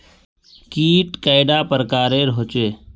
कीट कैडा पर प्रकारेर होचे?